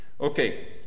Okay